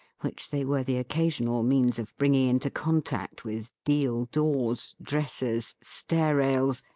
which they were the occasional means of bringing into contact with deal doors, dressers, stair-rails,